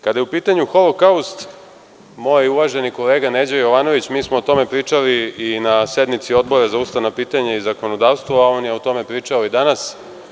Kada je u pitanju holokaust, moj uvaženi kolega Neđo Jovanović, mi smo o tome pričali i na sednici Odbora za ustavna pitanja i zakonodavstvo, on je o tome pričao i danas.